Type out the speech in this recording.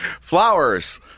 flowers